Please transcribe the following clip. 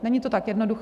Není to tak jednoduché.